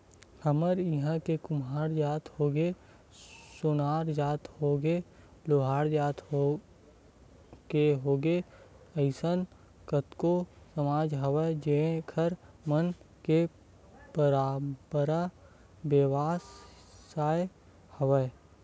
हमर इहाँ के कुम्हार जात होगे, सोनार जात होगे, लोहार जात के होगे अइसन कतको समाज हवय जेखर मन के पंरापरागत बेवसाय हवय